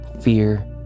fear